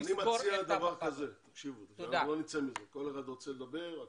אני רוצה לומר את